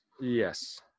Yes